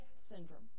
syndrome